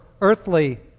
earthly